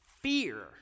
Fear